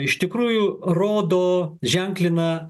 iš tikrųjų rodo ženklina